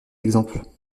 exemple